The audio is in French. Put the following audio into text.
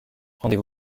rendez